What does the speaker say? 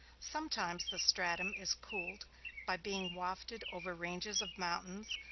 sometimes the stratum is cooled by being wafted over ranges of mountains,